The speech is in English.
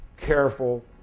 careful